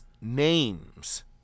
names